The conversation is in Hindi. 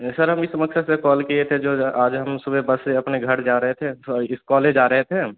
नहीं सर हम इस मक़सद से कॉल किए थे जो आज हम सुबह बस से अपने घर जा रहे थे थोड़ा इस कॉलेज आ रहे थे